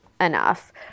enough